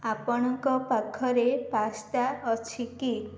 ଆପଣଙ୍କ ପାଖରେ ପାସ୍ତା ଅଛି କି